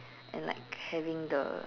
and like having the